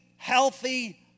Healthy